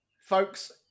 Folks